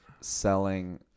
selling